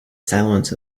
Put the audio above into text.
silence